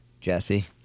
Jesse